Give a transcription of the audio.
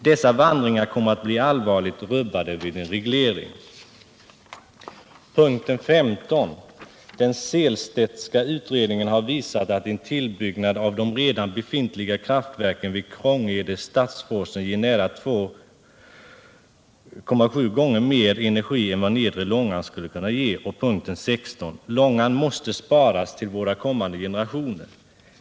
Dessa vandringar kommer att bli allvarligt rubbade vid en reglering. 15. Den Sehlstedtska utredningen har visat att en tillbyggnad av de 91 redan befintliga kraftverken vid Krångede-Stadsforsen ger nära 2,7 gånger mer energi än vad nedre Långan skulle kunna ge. 16. Långan måste sparas till våra kommande generationer.